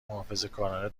محافظهکارانه